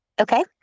Okay